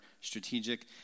strategic